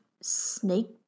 snake